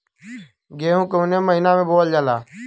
गेहूँ कवने महीना में बोवल जाला?